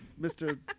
mr